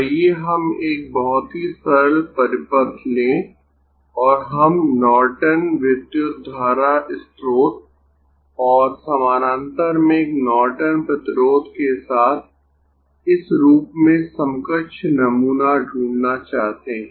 आइए हम एक बहुत ही सरल परिपथ लें और हम नॉर्टन विद्युत धारा स्रोत और समानांतर में एक नॉर्टन प्रतिरोध के साथ इस रूप में समकक्ष नमूना ढूंढना चाहते है